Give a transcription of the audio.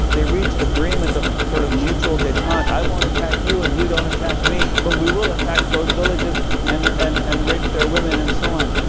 they reach agreement of sort of mutual detent. i won't attack you and you don't attack me. but we will attack those villages and and and rape their women, and so on,